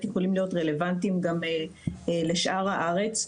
יכולים להיות רלוונטיים גם לשאר הארץ.